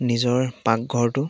নিজৰ পাকঘৰটো